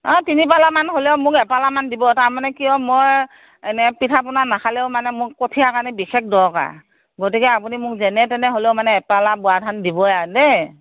অ তিনি পালামান হ'লেও মোক এপালা মান দিব তাৰমানে কিয় মই এনে পিঠা পনা নাখালেও মানে মোক কঠীয়াৰ কাৰণে বিশেষ দৰকাৰ গতিকে আপুনি মোক যেনে তেনে হ'লেও মানে এপালা বৰা ধান দিবই আৰু দেই